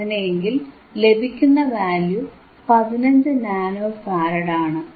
അങ്ങനെയെങ്കിൽ ലഭിക്കുന്ന value 15 nanofarad ആണ്